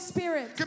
Spirit